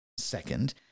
second